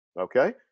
Okay